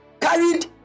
carried